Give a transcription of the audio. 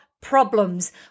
problems